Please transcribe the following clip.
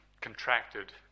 contracted